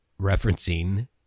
referencing